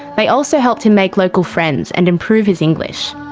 they also helped him make local friends and improve his english.